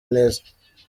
neza